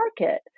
market